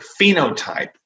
phenotype